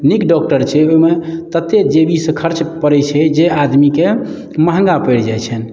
नीक डॉक्टर छै ओहिमे तते जेबी सऽ खर्च पड़ै छै जे आदमी के महँगा पैड़ जाइ छनि